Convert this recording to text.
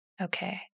Okay